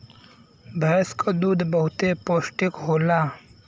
भैंस क दूध बहुते पौष्टिक होला